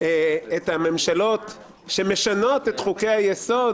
את הממשלות שמשנות את חוקי היסוד